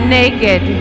naked